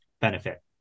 benefit